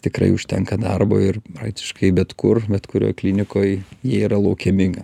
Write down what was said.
tikrai užtenka darbo ir praktiškai bet kur bet kurioj klinikoj jie yra laukiami